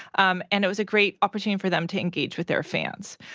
um and it was a great opportunity for them to engage with their fans.